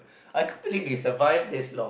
I can't believe we survive this long